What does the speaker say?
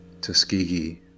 Tuskegee